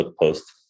post